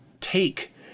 take